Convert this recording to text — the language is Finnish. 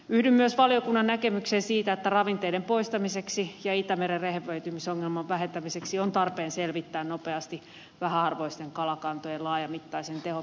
yhdyn myös valiokunnan näkemykseen siitä että ravinteiden poistamiseksi ja itämeren rehevöitymisongelman vähentämiseksi on tarpeen selvittää nopeasti vähäarvoisten kalakantojen laajamittaisen tehopyynnin edellytykset